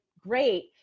great